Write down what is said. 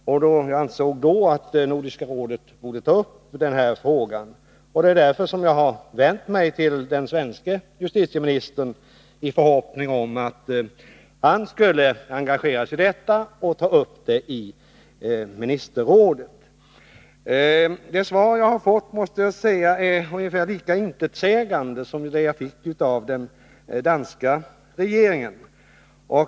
Eftersom jag anser att Nordiska rådet borde ta upp denna fråga, har jag vänt mig till den svenske justitieministern i förhoppning om att han skall engagera sig i ärendet och ta upp det i ministerrådet. Det svar som jag nu har fått är ungefär lika intetsägande som det jag fick av den danska regeringen.